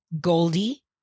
Goldie